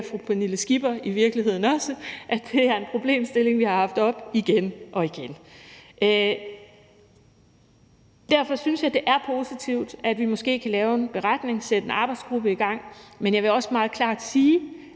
fru Pernille Skipper i virkeligheden også, da hun sagde, at det her er en problemstilling, vi har haft oppe igen og igen. Derfor synes jeg, at det er positivt, at vi måske kan lave en beretning, altså nedsætte en arbejdsgruppe. Men jeg vil også meget klart sige,